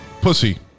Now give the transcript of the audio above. pussy